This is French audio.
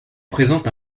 présente